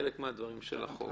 חלק מהדברים של החוק.